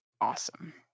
awesome